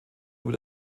über